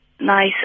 nice